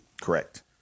correct